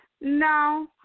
No